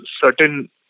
certain